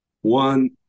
One